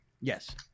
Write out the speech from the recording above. yes